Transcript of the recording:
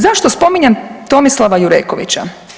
Zašto spominjem Tomislava Jurekovića?